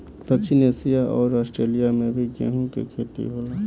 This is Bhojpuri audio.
दक्षिण एशिया अउर आस्ट्रेलिया में भी गेंहू के खेती होला